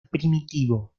primitivo